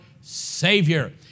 Savior